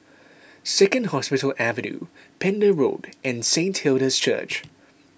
Second Hospital Avenue Pender Road and Saint Hilda's Church